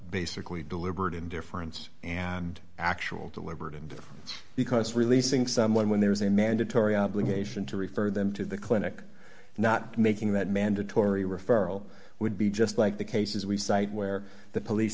basically deliberate indifference and actual deliberate indifference because releasing someone when there is a mandatory obligation to refer them to the clinic not making that mandatory referral would be just like the cases we cite where the police